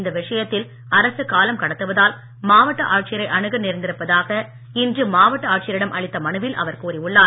இந்த விஷயத்தில் அரசு காலம் கடத்துவதால் மாவட்ட ஆட்சியரை அணுக நேர்ந்திருப்பதாக இன்று மாவட்ட ஆட்சியரிடம் அளித்த மனுவில் அவர் கூறியுள்ளார்